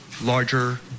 larger